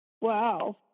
Wow